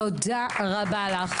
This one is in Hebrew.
תודה רבה לך,